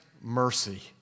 mercy